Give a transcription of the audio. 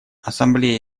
ассамблея